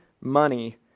money